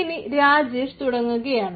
ഇനി രാജേഷ് തുടങ്ങുകയാണ്